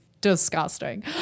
disgusting